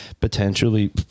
potentially